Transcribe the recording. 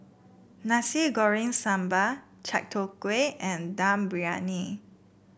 Nasi Goreng Sambal Chai Tow Kway and Dum Briyani